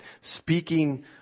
speaking